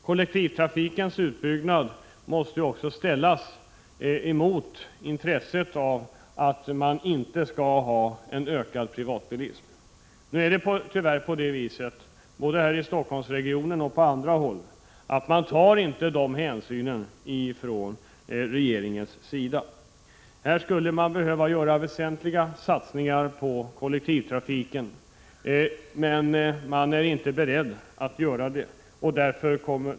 Kollektivtrafikens utbyggnad måste ställas mot intresset av att man inte skall ha en ökad privatbilism. Nu är det tyvärr på det viset, både här i Stockholmsregionen och på andra håll, att man inte tar sådana hänsyn från regeringens sida. Här skulle det behövas väsentliga satsningar på kollektivtrafiken, men man är inte beredd att göra sådana.